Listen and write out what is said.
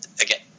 Again